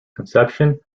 conception